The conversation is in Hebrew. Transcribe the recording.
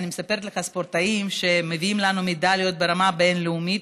אני מספרת לך על ספורטאים שמביאים לנו מדליות ברמה בין-לאומית.